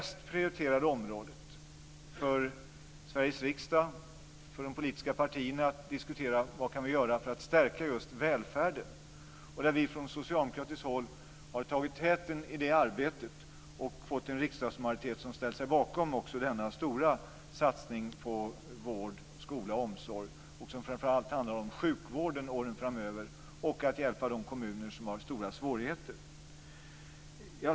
Sveriges riksdag och de politiska partierna har prioriterat diskussionen om vad vi kan göra för att stärka just välfärden. Vi har från socialdemokratiskt håll tagit täten i det arbetet och fått en riksdagsmajoritet som ställt sig bakom också denna stora satsning på vård, skola och omsorg. Det handlar framför allt om sjukvården åren framöver, och om att hjälpa de kommuner som har stora svårigheter.